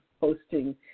hosting